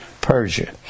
Persia